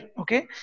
Okay